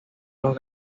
los